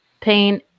pain